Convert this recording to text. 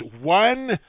One